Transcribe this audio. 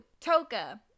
Toka